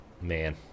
man